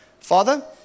Father